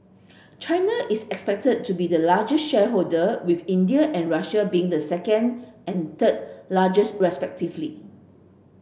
China is expected to be the largest shareholder with India and Russia being the second and third largest respectively